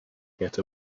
get